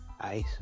ice